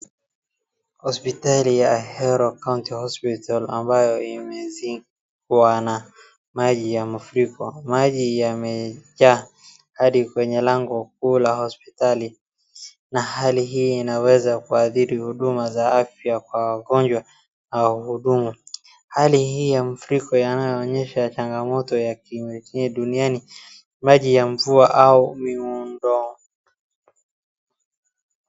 Hospitali ya Ahero county hospital ambayo imezikwa na maji ya mafuriko. Maji yamejaa hadi kwenye lango kuu la hosptali na hali hii inaweza kuadhiri huduma za afya kwa wagonjwa au wahudumu. Hali hii ya mafuriko yanaonyesha changamoto duniani ,maji ya mvua au miundo.